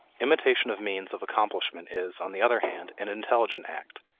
imitation of means of accomplishment is, on the other hand, an intelligent act.